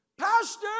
Pastor